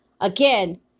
again